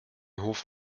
hof